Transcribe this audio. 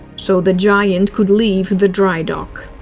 so the giant would leave the dry dock.